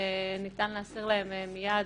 שניתן להסיר להם מיד?